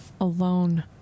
alone